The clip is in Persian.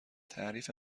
تعریف